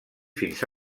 fins